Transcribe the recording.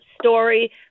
story